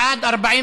אחת, אחת?